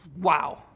wow